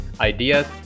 ideas